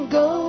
go